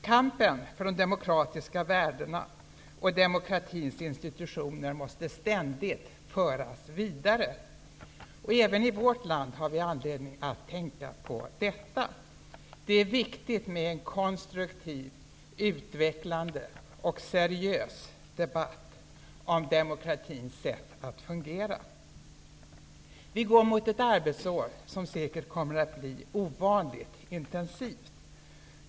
Kampen för de demokratiska värdena och demokratins institutioner måste ständigt föras vidare. Även vi i vårt land har anledning att tänka på detta. Det är viktigt med en konstruktiv, utvecklande och seriös debatt om demokratins sätt att fungera. Vi går mot ett arbetsår som säkert kommer att bli ovanligt intensivt.